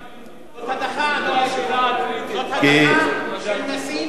זאת הדחה של נשיא מכהן.